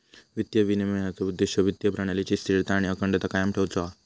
वित्तीय विनिमयनाचो उद्देश्य वित्तीय प्रणालीची स्थिरता आणि अखंडता कायम ठेउचो हा